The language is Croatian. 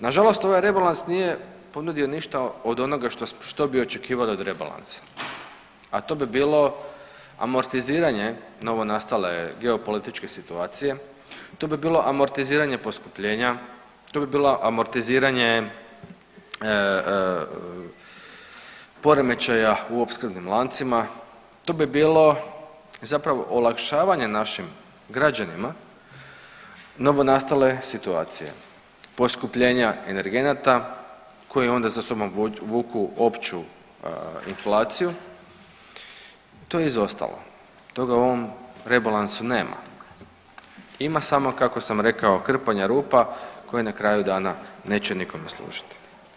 Nažalost ovaj rebalans nije ponudio ništa od onoga što bi očekivali od rebalansa, a to bi bilo amortiziranje novonastale geopolitičke situacije, to bi bilo amortiziranje poskupljenja, to bi bilo amortiziranje poremećaja u opskrbnim lancima, to bi bilo zapravo olakšavanje našim građanima novonastale situacije poskupljenja energenata koji onda za sobom vuku opću inflaciju, to je izostalo, toga u ovom rebalansu nema, ima samo kako sam rekao krpanja rupa koje na kraju dana neće nikome služiti.